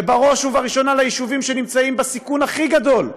ובראש ובראשונה ליישובים שנמצאים בסיכון הכי גדול.